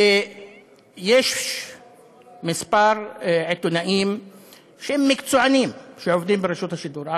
ויש כמה עיתונאים שהם מקצוענים שעובדים ברשות השידור,